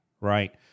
right